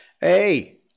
Hey